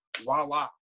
voila